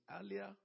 earlier